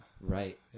Right